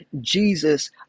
Jesus